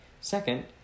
Second